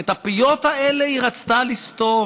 את הפיות האלה היא רצתה לסתום,